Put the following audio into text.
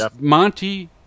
Monty